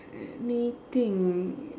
let me think